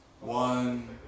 One